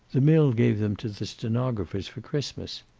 the mill gave them to the stenographers for christmas.